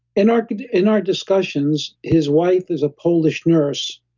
in our in our discussions, his wife is a polish nurse,